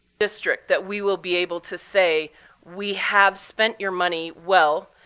district that we will be able to say we have spent your money well.